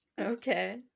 Okay